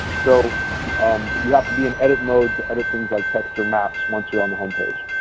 so um you have to be in edit mode to edit things like text or maps once you are on the home page,